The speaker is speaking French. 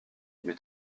mais